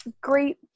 great